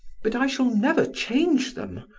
but i shall never change them.